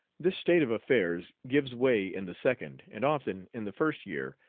this state of affairs gives way in the second, and often in the first year,